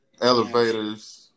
elevators